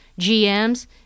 GMs